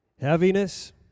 heaviness